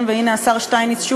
אדוני יושב-ראש הקואליציה,